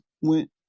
went